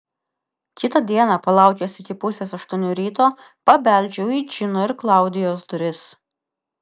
kitą dieną palaukęs iki pusės aštuonių ryto pabeldžiau į džino ir klaudijos duris